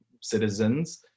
citizens